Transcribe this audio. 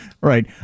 Right